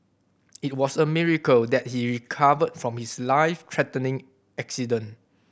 it was a miracle that he recovered from his life threatening accident